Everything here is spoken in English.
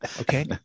Okay